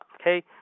okay